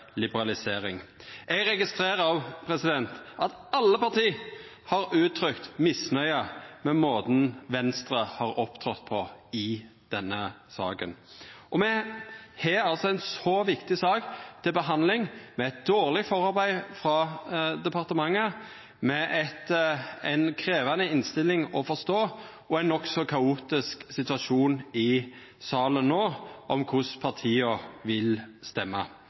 liberalisering. Eg registrerer at alle partia har uttrykt misnøye med måten Venstre har opptredd på i denne saka. Me har altså ei så viktig sak til behandling, med eit dårleg forarbeid frå departementet si side, med ei krevjande innstilling å forstå og ein nokså kaotisk situasjon i salen no om korleis partia vil